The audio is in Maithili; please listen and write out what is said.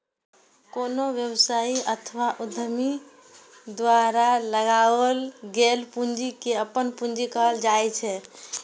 कोनो व्यवसायी अथवा उद्यमी द्वारा लगाओल गेल पूंजी कें अपन पूंजी कहल जाइ छै